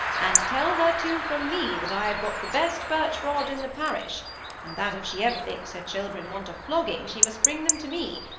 and tell her, too, from me that i have got the best birch rod in the parish and that if she ever thinks her children want a flogging she must bring them to me,